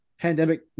pandemic